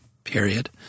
Period